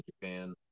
Japan